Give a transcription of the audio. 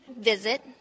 visit